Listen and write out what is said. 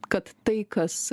kad tai kas